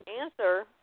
answer